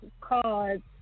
cards